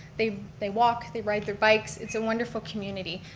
they they walk, they ride their bikes, it's a wonderful community.